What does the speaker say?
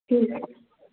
ठीक ऐ